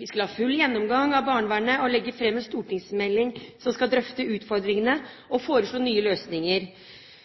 Vi skal ha full gjennomgang av barnevernet og legge fram en stortingsmelding som skal drøfte utfordringene og foreslå nye løsninger.